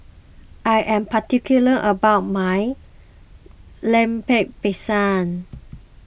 I am particular about my Lemper Pisang